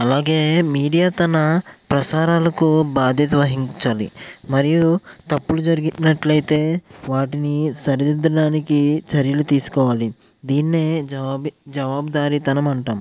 అలాగే మీడియా తన ప్రసారాలకు బాధ్యత వహించాలి మరియు తప్పులు జరుగుతున్నట్లయితే వాటిని సరిదిద్దడానికి చర్యలు తీసుకోవాలి దీన్నే జవాబు జవాబుదారీతనం అంటాం